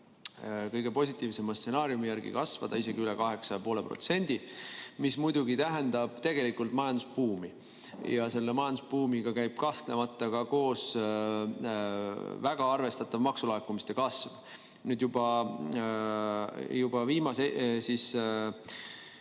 kõige positiivsema stsenaariumi järgi kasvada isegi üle 8,5%, mis muidugi tähendab tegelikult majandusbuumi. Ja selle majandusbuumiga käib kahtlemata koos ka väga arvestatav maksulaekumiste kasv. Nüüd juba Statistikaameti